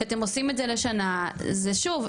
כשאתם עושים את זה לשנה זה שוב,